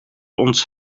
ons